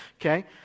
okay